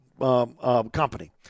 company